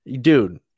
Dude